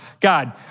God